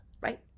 right